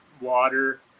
water